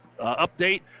update